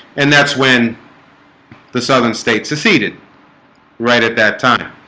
and that's when the southern states seceded right at that time.